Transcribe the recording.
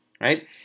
right